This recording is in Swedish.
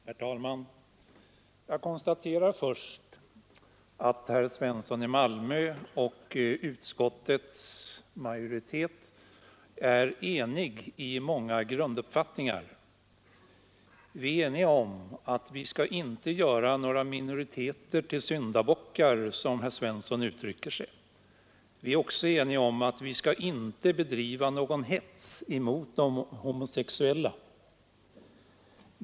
Herr talman! Jag konstaterar först att herr Svensson i Malmö och utskottets majoritet är eniga i många grunduppfattningar. Vi är eniga om att vi inte skall göra några minoriteter till syndabockar, som herr Svensson uttrycker sig. Vi är också eniga om att vi inte skall bedriva någon hets mot de homosexuella.